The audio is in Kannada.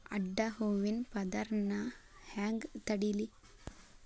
ಅಡ್ಡ ಹೂವಿನ ಪದರ್ ನಾ ಹೆಂಗ್ ತಡಿಲಿ?